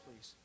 please